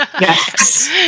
Yes